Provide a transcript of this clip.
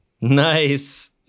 Nice